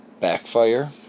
backfire